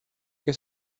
que